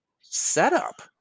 setup